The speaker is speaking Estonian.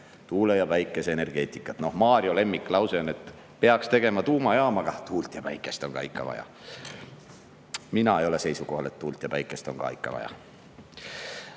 tuule‑ ja päikeseenergeetikat. Mario lemmiklause on, et peaks tegema tuumajaama, aga tuult ja päikest on ka ikka vaja. Mina ei ole seisukohal, et tuult ja päikest on ka ikka vaja.